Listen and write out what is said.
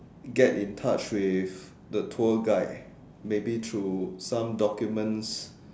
get in touch with the tour guide maybe through some documents